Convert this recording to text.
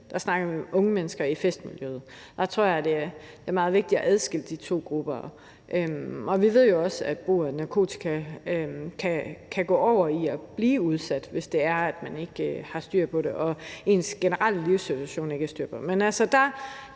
Her snakker vi om unge mennesker i festmiljøet. Jeg tror, det er meget vigtigt at adskille de to grupper. Vi ved jo også, at brug af narkotika kan gøre, at man bliver udsat, hvis man ikke har styr på det, og hvis der ikke er styr på ens generelle